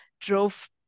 drove